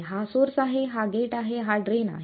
हा सोर्स आहे हा गेट आहे हा ड्रेन आहे